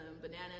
bananas